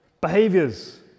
Behaviors